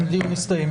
הישיבה ננעלה